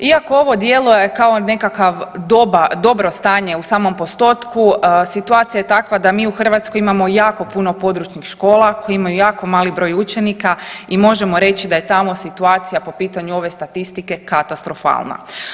Iako ovo djeluje kao nekakav dobro stanje u samom postotku, situacija je takva da mi u Hrvatskoj imamo jako puno područnih škola koje imaju jako mali broj učenika i možemo reći da je tamo situacija po pitanju ove statistike katastrofalna.